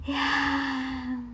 ya